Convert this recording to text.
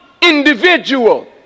individual